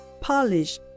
Polish